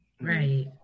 Right